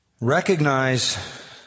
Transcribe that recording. recognize